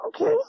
Okay